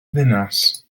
ddinas